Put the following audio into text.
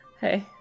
Hey